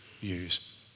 use